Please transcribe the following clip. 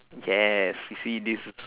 yes you see this is